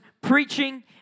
preaching